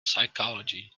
psychology